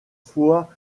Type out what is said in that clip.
fois